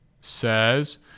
says